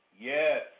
Yes